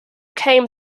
came